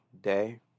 day